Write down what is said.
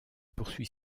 poursuit